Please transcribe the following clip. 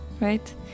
right